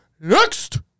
next